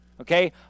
okay